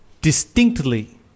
distinctly